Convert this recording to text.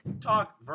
talk